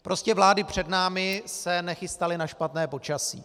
Prostě vlády před námi se nechystaly na špatné počasí.